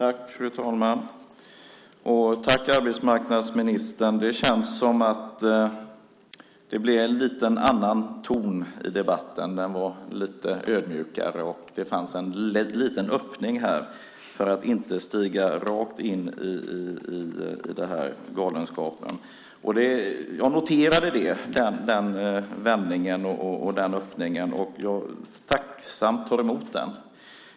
Fru talman! Först vill jag tacka arbetsmarknadsministern, för nu känns det som att det blev en lite annan ton i debatten. Tonen var nu lite ödmjukare. Det fanns en liten öppning för att inte stiga rakt in i den här galenskapen. Jag har noterat den vändningen och den öppningen som jag alltså tacksamt tar emot.